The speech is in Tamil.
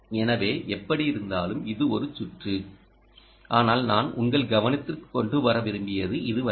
எனவே எப்படியிருந்தாலும் இது ஒரு சுற்று ஆனால் நான் உங்கள் கவனத்திற்கு கொண்டு வர விரும்பியது இதுவல்ல